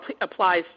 applies